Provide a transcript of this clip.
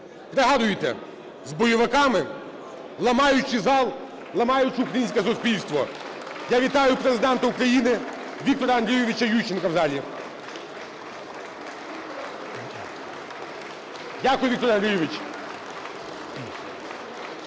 Пригадуєте? З бойовиками, ламаючи зал, ламаючи українське суспільство. Я вітаю Президента України Віктора Андрійовича Ющенка в залі! (Оплески) Дякую, Віктор Андрійович.